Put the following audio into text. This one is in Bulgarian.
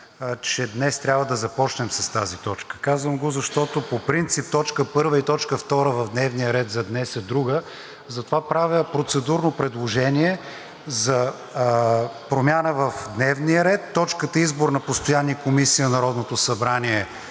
че днес трябва да започнем с тази точка. Казвам го, защото по принцип точка първа и точка втора в дневния ред за днес са други. Затова правя процедурно предложение за промяна в дневния ред: точката „Избор на постоянни комисии на Народното събрание“,